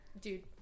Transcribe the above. dude